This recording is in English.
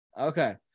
Okay